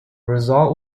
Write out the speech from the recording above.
result